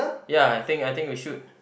ya I think I think will shoot